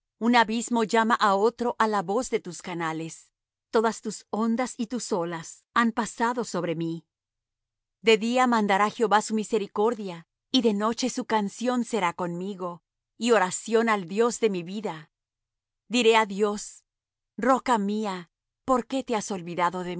un abismo llama á otro á la voz de tus canales todas tus ondas y tus olas han pasado sobre mí de día mandará jehová su misericordia y de noche su canción será conmigo y oración al dios de mi vida diré á dios roca mía por qué te has olvidado de